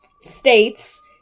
states